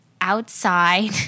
outside